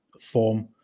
form